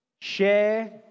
share